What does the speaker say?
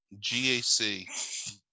gac